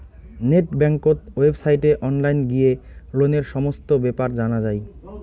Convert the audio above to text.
net বেংকত ওয়েবসাইটে online গিয়ে লোনের সমস্ত বেপার জানা যাই